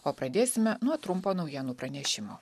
o pradėsime nuo trumpo naujienų pranešimo